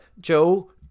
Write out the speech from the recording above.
Joe